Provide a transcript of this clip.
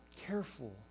careful